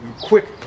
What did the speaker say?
quick